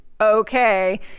okay